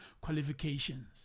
qualifications